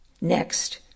Next